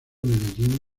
medellín